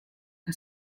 que